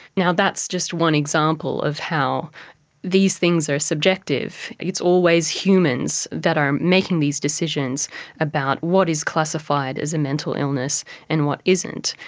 that's just one example of how these things are subjective. it's always humans that are making these decisions about what is classified as a mental illness and what isn't,